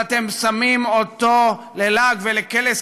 ואתם שמים אותה ללעג ולקלס,